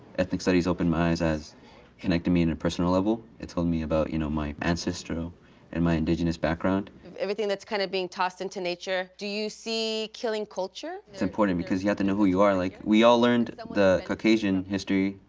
ethnic studies opened my eyes as connecting me in in a personal level. it told me about you know my ancestor and my indigenous background. everything that's kinda being tossed into nature. do you see killing culture? it's important because you have to know who you are, like we all learned the caucasian history,